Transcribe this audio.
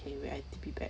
eh wait I T_P back